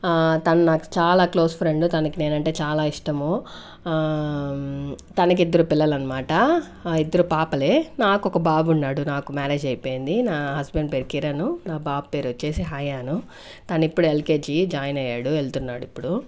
తను నాకు చాలా క్లోజ్ ఫ్రెండ్ తనకి నేనంటే చాలా ఇష్టము తనకి ఇద్దరు పిల్లలన్మాట ఇద్దరూ పాపలే నాకొక బాబున్నాడు నాకు మ్యారేజ్ అయిపోయింది నా హస్బెండ్ పేరు కిరణు నా బాబు పేరొచ్చేసి హయాన్ తను ఇప్పుడు ఎల్కేజీ జాయిన్ అయ్యాడు వెళ్తున్నాడు ఇప్పుడు